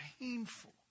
painful